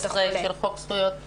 בחוק זכויות החולה.